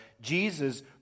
Jesus